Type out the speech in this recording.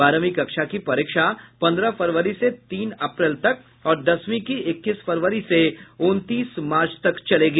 बारहवीं कक्षा की परीक्षा पन्द्रह फरवरी से तीन अप्रैल तक और दसवीं की इक्कीस फरवरी से उनतीस मार्च तक चलेगी